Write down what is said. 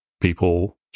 People